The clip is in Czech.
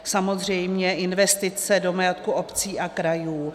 Samozřejmě investice do majetku obcí a krajů.